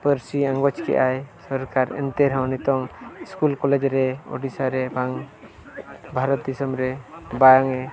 ᱯᱟᱹᱨᱥᱤ ᱟᱸᱜᱚᱪ ᱠᱮᱜᱼᱟᱭ ᱥᱚᱨᱠᱟᱨ ᱮᱱᱛᱮ ᱨᱮᱦᱚᱸ ᱱᱤᱛᱳᱜ ᱥᱠᱩᱞ ᱠᱚᱞᱮᱡᱽ ᱨᱮ ᱩᱰᱤᱥᱥᱟ ᱨᱮ ᱵᱟᱝ ᱵᱷᱟᱨᱚᱛ ᱫᱤᱥᱚᱢ ᱨᱮ ᱵᱟᱝᱼᱮ